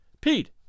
Pete